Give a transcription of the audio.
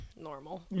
normal